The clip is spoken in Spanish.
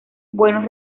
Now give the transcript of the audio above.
buenos